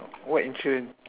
what insurance